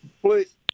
please